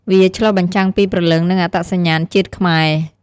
វាឆ្លុះបញ្ចាំងពីព្រលឹងនិងអត្តសញ្ញាណជាតិខ្មែរ។